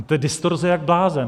To je distorze jak blázen.